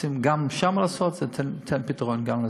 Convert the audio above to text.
רוצים גם שם לעשות ייתנו פתרון גם לזה.